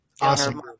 Awesome